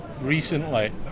recently